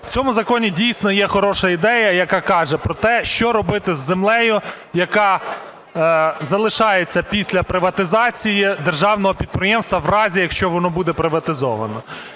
В цьому законі, дійсно, є хороша ідея яка каже про те, що робити з землею, яка залишається після приватизації державного підприємства в разі, якщо воно буде приватизоване.